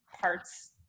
parts